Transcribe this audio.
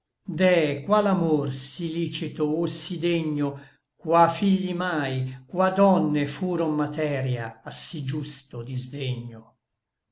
qual amor sí licito o sí degno qua figli mai qua donne furon materia a sí giusto disdegno